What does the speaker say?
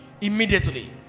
immediately